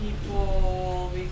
people